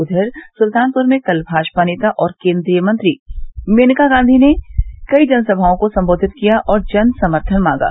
उधर सुल्तानपुर में कल भाजपा नेता और केन्द्रीय मंत्री मेनका गांधी ने कई जनसभाओं को संबोधित किया और जनसम्थन मांगा